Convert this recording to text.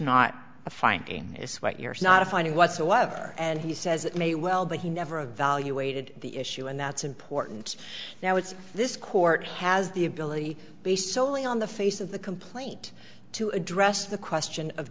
a finding is what you're not finding whatsoever and he says it may well but he never evaluated the issue and that's important now it's this court has the ability based solely on the face of the complaint to address the question of